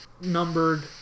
numbered